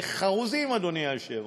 זה חרוזים, אדוני היושב-ראש.